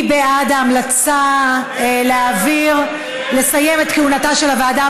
מי בעד ההמלצה לסיים את כהונתה של הוועדה